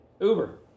Uber